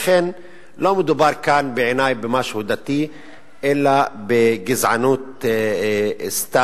לכן לא מדובר כאן בעיני במשהו דתי אלא בגזענות סתם,